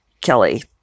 Kelly